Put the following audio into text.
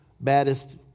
baddest